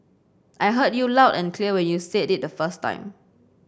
I heard you loud and clear when you said it the first time